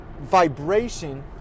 vibration